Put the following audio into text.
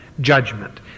judgment